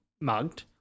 mugged